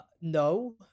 No